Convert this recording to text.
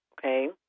okay